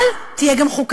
אבל תהיה גם חוקתית,